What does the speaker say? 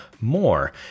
more